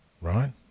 right